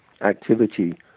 activity